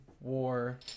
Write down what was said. war